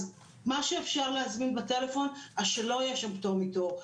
אז מה שאפשר להזמין בטלפון שלא יהיה שם פטור מתור,